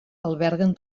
alberguen